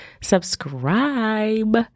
subscribe